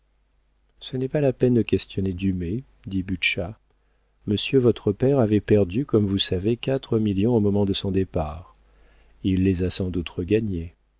ce n'est pas la peine de questionner dumay dit butscha monsieur votre père avait perdu comme vous savez quatre millions au moment de son départ il les a sans doute regagnés